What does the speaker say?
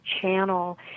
channel